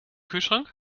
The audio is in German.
kühlschrank